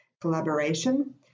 collaboration